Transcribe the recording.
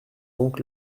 donc